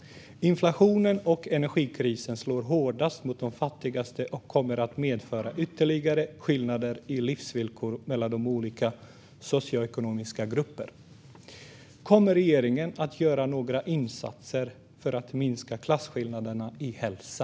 Inflationen och energikrisen slår hårdast mot de fattigaste och kommer att medföra ytterligare skillnader i livsvillkor mellan olika socioekonomiska grupper. Kommer regeringen att göra några insatser för att minska klasskillnaderna i hälsa?